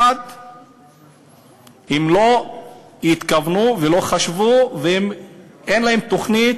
1. הם לא התכוונו ולא חשבו ואין להם תוכנית